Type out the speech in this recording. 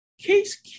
Case